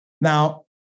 Now